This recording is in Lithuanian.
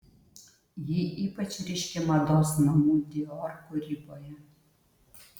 ji ypač ryški mados namų dior kūryboje